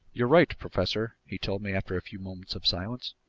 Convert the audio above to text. you're right, professor, he told me after a few moments of silence.